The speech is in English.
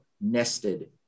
nested